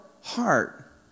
heart